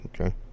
Okay